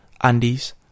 Andes